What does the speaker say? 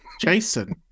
Jason